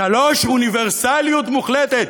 3. אוניברסליות מוחלטת.